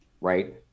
right